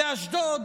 באשדוד,